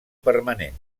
permanent